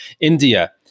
India